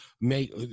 make